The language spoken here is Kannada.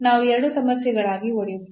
ನಾವು ಎರಡು ಸಮಸ್ಯೆಗಳಾಗಿ ಒಡೆಯುತ್ತೇವೆ